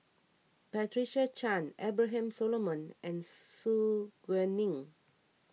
Patricia Chan Abraham Solomon and Su Guaning